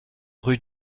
rue